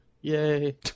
Yay